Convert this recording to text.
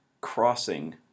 crossing